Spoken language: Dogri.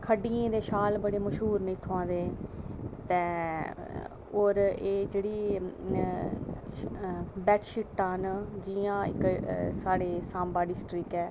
खड्डियें दे शाल बड़े मशहूर न इत्थें दे ते होर एह् जेह्ड़ी बेडशीटां न जियां साढ़ी सांबा डिस्ट्रिक्ट ऐ